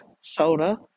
soda